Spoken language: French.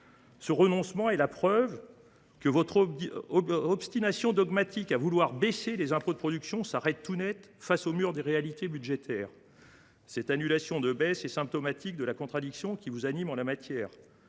Ce renoncement est la preuve que votre obstination dogmatique à baisser les impôts de production s’arrête net face au mur des réalités budgétaires ; il est symptomatique de la contradiction qui vous anime en la matière.